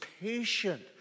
patient